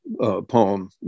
poem